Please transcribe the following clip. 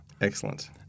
Excellent